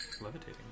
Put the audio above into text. levitating